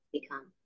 become